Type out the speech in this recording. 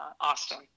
Austin